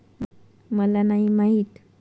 एका जाग्यार पीक सिजना प्रमाणे कसा करुक शकतय?